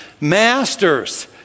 Masters